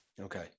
Okay